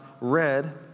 read